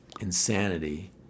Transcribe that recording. Insanity